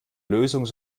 lösung